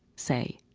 say,